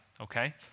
okay